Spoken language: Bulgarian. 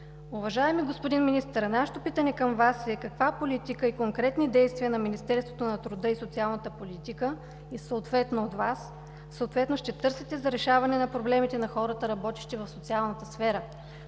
Уважаеми господин Министър, нашето питане към Вас е: каква политика и конкретни действия на Министерството на труда и социалната политика и съответно от Вас ще търсите за решаване на проблемите на хората, работещи в социалната сфера?